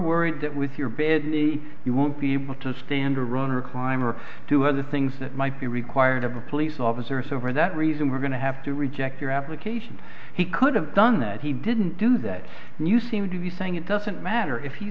worried that with your badly you won't be able to stand or run or climb or to have the things that might be required of a police officer so for that reason we're going to have to reject your application he could have done that he didn't do that and you seem to be saying it doesn't matter if he